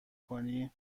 کنی